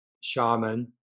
shaman